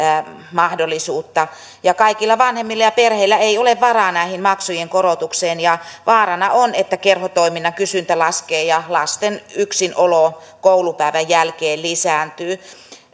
mahdollisuutta kaikilla vanhemmilla ja perheillä ei ole varaa näihin maksujen korotuksiin ja vaarana on että kerhotoiminnan kysyntä laskee ja lasten yksinolo koulupäivän jälkeen lisääntyy